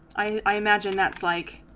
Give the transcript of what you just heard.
i imagine that's like